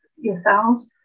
yourselves